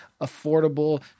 affordable